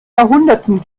jahrhunderten